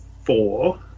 four